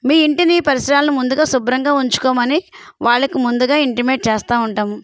మీ ఇంటిని పరిసరాలను ముందుగా శుభ్రంగా ఉంచుకోమని వాళ్ళకు ముందుగా ఇంటిమేట్ చేస్తూ ఉంటాం